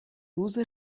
روز